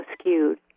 skewed